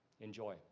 Enjoy